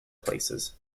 places